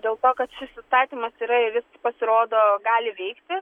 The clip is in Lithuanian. dėl to kad šis įstatymas yra ir jis pasirodo gali veikti